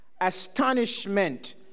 astonishment